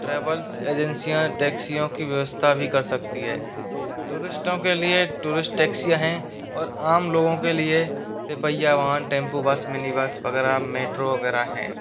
travels एजेंसियाँ टैक्सियों की व्यवस्था भी कर सकती है टूरिस्टों के लिए टूरिस्ट टैक्सियाँ हैं और आम लोगों के लिए तिपैया वाहन टेंपू बस मिनी बस वगैरह मेट्रो वगैरह हैं